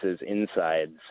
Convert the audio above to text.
insides